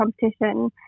competition